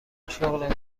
شغل